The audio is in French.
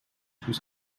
plus